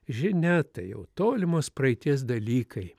žinia tai jau tolimos praeities dalykai